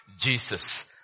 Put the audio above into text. Jesus